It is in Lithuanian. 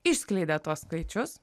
išskleidė tuos skaičius